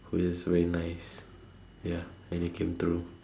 who is very nice ya and it came true